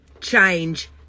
change